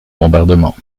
bombardement